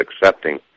accepting